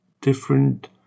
different